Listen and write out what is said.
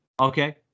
Okay